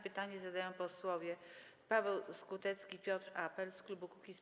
Pytanie zadają posłowie Paweł Skutecki i Piotr Apel z klubu Kukiz’15.